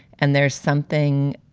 and there's something